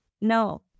no